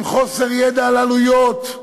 עם חוסר ידע על עלויות.